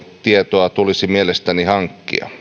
tiedustelutietoa tulisi mielestäni hankkia turvallisuus on